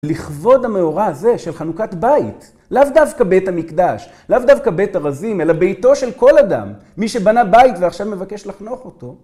לכבוד המאורע הזה של חנוכת בית, לאו דווקא בית המקדש, לאו דווקא בית הרזים, אלא ביתו של כל אדם. מי שבנה בית ועכשיו מבקש לחנוך אותו.